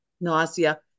nausea